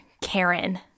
Karen